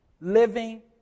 living